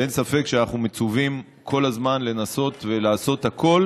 ואין ספק שאנחנו מצווים כל הזמן לנסות ולעשות הכול